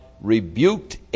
rebuked